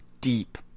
deep